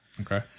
Okay